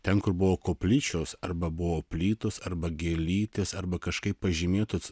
ten kur buvo koplyčios arba buvo plytos arba gėlytės arba kažkaip pažymėtos